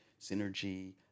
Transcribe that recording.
synergy